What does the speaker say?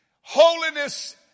holiness